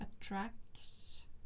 attracts